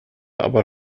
aber